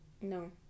No